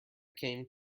came